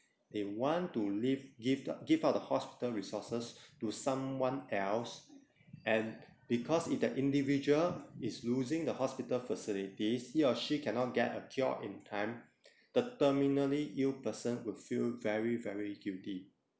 they want to live give the give out the hospital resources to someone else and because if the individual is losing the hospital facilities he or she cannot get a cure in time the terminally ill person will feel very very guilty